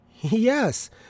Yes